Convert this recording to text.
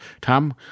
Tom